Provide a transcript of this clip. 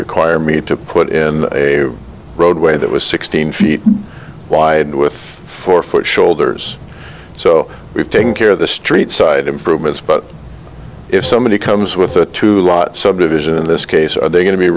require me to put in a roadway that was sixteen feet wide with four foot shoulders so we've taken care of the street side improvements but if somebody comes with a lot subdivision in this case are they going to be